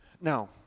Now